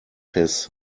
his